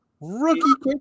Rookie